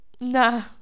no